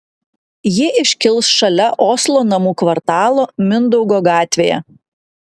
ji iškils šalia oslo namų kvartalo mindaugo gatvėje